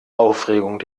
aufregung